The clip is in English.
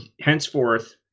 henceforth